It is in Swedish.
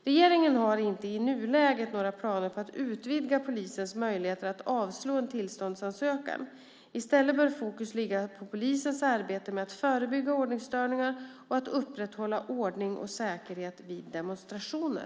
Regeringen har inte i nuläget några planer på att utvidga polisens möjligheter att avslå en tillståndsansökan. I stället bör fokus ligga på polisens arbete med att förebygga ordningsstörningar och att upprätthålla ordning och säkerhet vid demonstrationer.